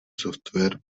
software